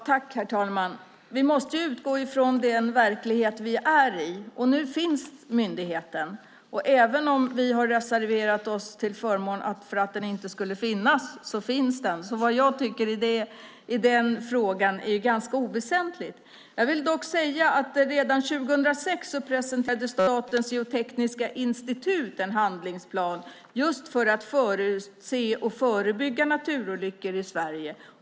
Herr talman! Vi måste ju utgå från den verklighet vi är i. Nu finns myndigheten. Så är det även om vi reserverade oss till förmån för att den inte skulle finnas. Vad jag tycker i den frågan är ganska oväsentligt. Jag vill dock säga att Statens geotekniska institut redan 2006 presenterade en handlingsplan för att förutse och förebygga naturolyckor i Sverige.